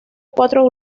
cuatro